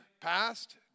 passed